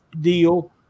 deal